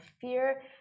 fear